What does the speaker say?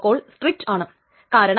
ഇതാണ് commit dependency